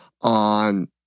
on